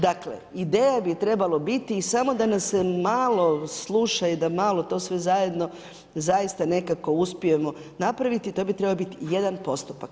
Dakle, ideja bi trebala biti i samo da nas se malo sluša i da malo to sve zajedno, zaista, nekako uspijemo napraviti, to bi trebao biti jedan postupak.